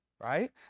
right